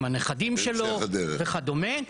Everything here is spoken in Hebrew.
עם הנכדים שלו וכדומה.